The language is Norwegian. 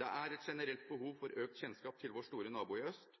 Det er et generelt behov for økt kjennskap til vår store nabo i øst.